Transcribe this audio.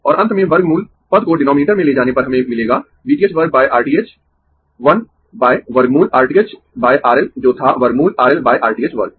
और अंत में वर्गमूल पद को डीनोमिनेटर में ले जाने पर हमें मिलेगा V t h वर्ग R t h 1 वर्गमूल R t h R L जो था वर्गमूल R L R t h वर्ग